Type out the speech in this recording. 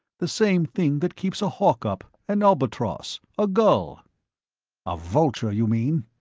the same thing that keeps a hawk up, an albatross, a gull a vulture, you mean,